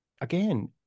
again